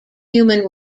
human